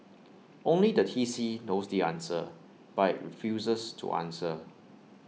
only the T C knows the answer but IT refuses to answer